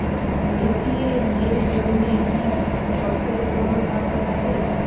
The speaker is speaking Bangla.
এ.টি.এম এর জন্যে কি বছরে কোনো টাকা কাটে?